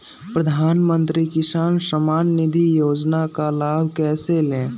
प्रधानमंत्री किसान समान निधि योजना का लाभ कैसे ले?